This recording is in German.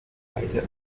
beide